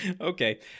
Okay